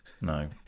No